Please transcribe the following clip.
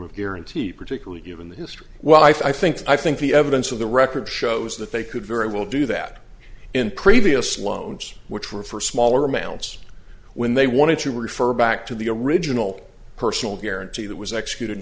of guarantee particularly given the history well i think i think the evidence of the record shows that they could very well do that in previous loans which were for smaller amounts when they wanted to refer back to the original personal guarantee that was executed